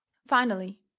finally,